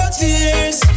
tears